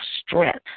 strength